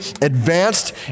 advanced